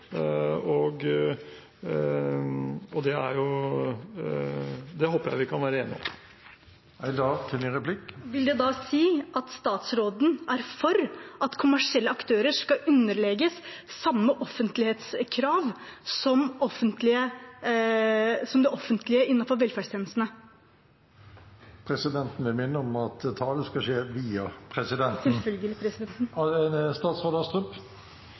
Det håper jeg vi kan være enige om. Vil det da si at statsråden er for at kommersielle aktører skal underlegges samme offentlighetskrav som det offentlige innenfor velferdstjenestene? Som sagt: Jeg er for at man skal kunne være åpen om det som det er mulig å være åpen om. Jeg mener at